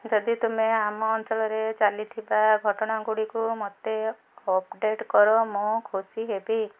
ଯଦି ତୁମେ ଆମ ଅଞ୍ଚଳରେ ଚାଲିଥିବା ଘଟଣାଗୁଡ଼ିକୁ ମୋତେ ଅପଡ଼େଟ୍ କର ମୁଁ ଖୁସି ହେବି